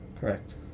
Correct